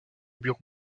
bureau